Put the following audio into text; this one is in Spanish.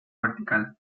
vertical